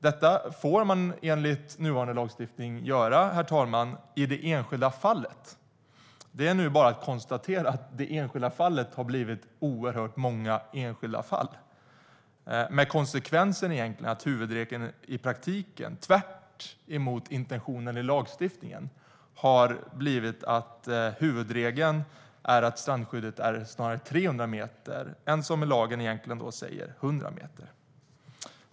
Detta får man enligt nuvarande lagstiftning göra i det enskilda fallet, men det är bara att konstatera att det enskilda fallet har blivit oerhört många enskilda fall. Konsekvensen är att huvudregeln i praktiken, tvärt-emot intentionen i lagstiftningen, har blivit att strandskyddet snarare är 300 meter än de 100 meter som lagen egentligen säger.